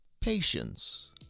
patience